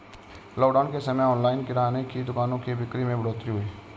lockdown के समय online किराने की दुकानों की बिक्री में बढ़ोतरी हुई है